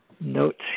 notes